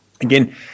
again